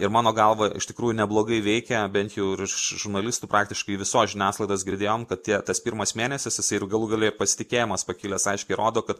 ir mano galva iš tikrųjų neblogai veikia bent jau ir iš žurnalistų praktiškai visos žiniasklaidos girdėjom kad tie tas pirmas mėnesis jisai ir galų gale ir pasitikėjimas pakilęs aiškiai rodo kad